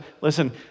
listen